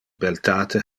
beltate